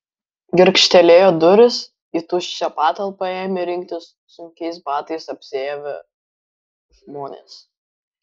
girgžtelėjo durys į tuščią patalpą ėmė rinktis sunkiais batais apsiavę žmonės